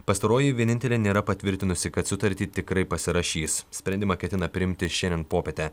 pastaroji vienintelė nėra patvirtinusi kad sutartį tikrai pasirašys sprendimą ketina priimti šiandien popietę